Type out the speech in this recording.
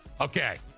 okay